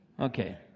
Okay